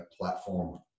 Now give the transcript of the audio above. platform